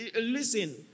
Listen